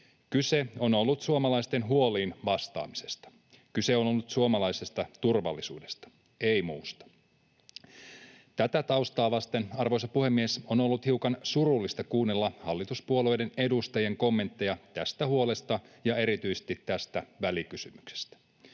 Kyse on ollut suomalaisten huoliin vastaamisesta. Kyse on ollut suomalaisesta turvallisuudesta, ei muusta. Tätä taustaa vasten, arvoisa puhemies, on ollut hiukan surullista kuunnella hallituspuolueiden edustajien kommentteja tästä huolesta ja erityisesti tästä välikysymyksestä.